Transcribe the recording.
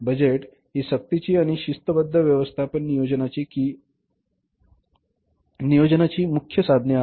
budget ही सक्तीची आणि शिस्तबद्ध व्यवस्थापन नियोजनाची मुख्य साधने आहेत